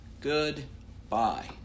goodbye